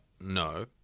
no